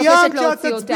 אני מבקשת להוציא אותה.